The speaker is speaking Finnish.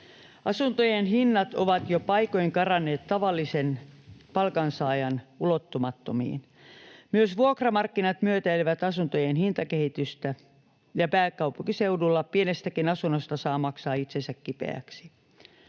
Asuntojen hinnat ovat jo paikoin karanneet tavallisen palkansaajan ulottumattomiin. Myös vuokramarkkinat myötäilevät asuntojen hintakehitystä, ja pääkaupunkiseudulla pienestäkin asunnosta saa maksaa itsensä kipeäksi.